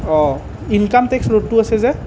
অঁ income tax ৰোডটো আছে যে